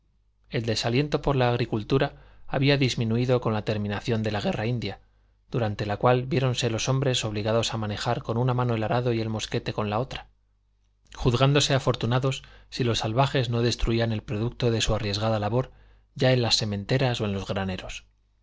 el desaliento por la agricultura había disminuído con la terminación de la guerra india durante la cual viéronse los hombres obligados a manejar con una mano el arado y el mosquete con la otra juzgándose afortunados si los salvajes no destruían el producto de su arriesgada labor ya en las sementeras o en los graneros